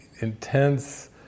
intense